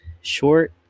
Short